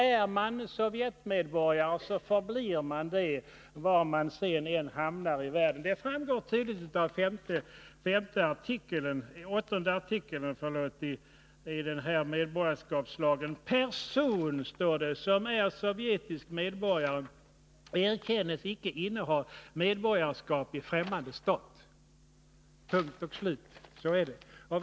Är man Sovjetmedborgare så förblir man det, var man än hamnar i världen sedan. I artikel 8 i medborgarskapslagen står det nämligen: ”Person som är sovjetisk medborgare erkännes icke inneha medborgarskap i fträmmande stat.” Punkt och slut. Så är det alltså.